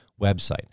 website